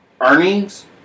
earnings